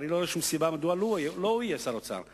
ואני לא רואה שום סיבה מדוע לא הוא יהיה שר האוצר.